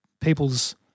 people's